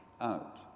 out